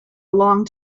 long